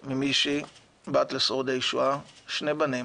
ממישהי, בת לשורדי שואה, שני בנים